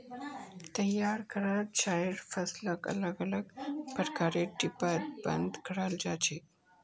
तैयार कराल चाइर फसलक अलग अलग प्रकारेर डिब्बात बंद कराल जा छेक